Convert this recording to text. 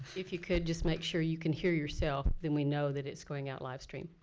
if you could, just make sure you can hear yourself. then we know that it's going out live stream.